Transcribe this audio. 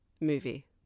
movie